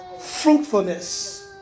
fruitfulness